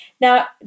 Now